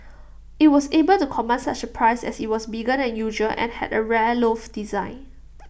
IT was able to command such A price as IT was bigger than usual and had A rare loft design